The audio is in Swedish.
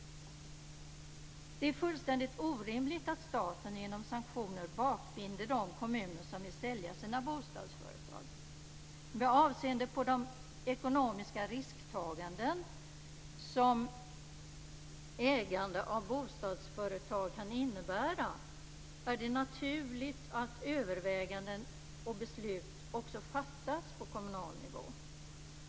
Det är fullständigt orimligt att staten med hjälp av sanktioner bakbinder de kommuner som vill sälja sina bostadsföretag. Med avseende på de ekonomiska risktaganden som ägande av bostadsföretag kan innebära är det naturligt att överväganden och beslut också fattas på kommunal nivå.